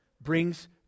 brings